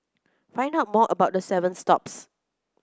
find out more about the seven stops